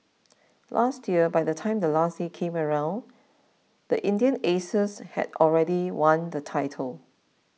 last year by the time the last day came around the Indian Aces had already won the title